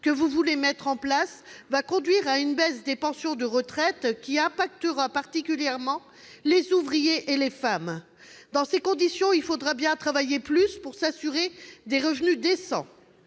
que vous voulez mettre en place conduira à une baisse des pensions de retraite, qui affectera particulièrement les ouvriers et les femmes. Dans ces conditions, il faudra donc bien travailler plus pour s'assurer des revenus décents.